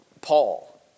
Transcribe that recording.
Paul